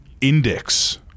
index